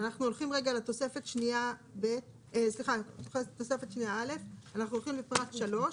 אנחנו הולכים לתוספת שנייה א' פרט 3,